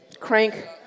crank